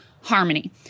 harmony